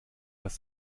das